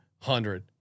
hundred